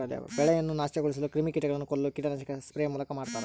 ಬೆಳೆಯನ್ನು ನಾಶಗೊಳಿಸುವ ಕ್ರಿಮಿಕೀಟಗಳನ್ನು ಕೊಲ್ಲಲು ಕೀಟನಾಶಕ ಸ್ಪ್ರೇ ಮೂಲಕ ಮಾಡ್ತಾರ